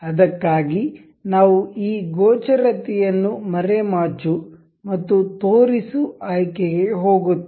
ಅದಕ್ಕಾಗಿ ನಾವು ಈ ಗೋಚರತೆಯನ್ನು ಯನ್ನು ಮರೆಮಾಚು ಮತ್ತು ತೋರಿಸು ಆಯ್ಕೆಗೆ ಹೋಗುತ್ತೇವೆ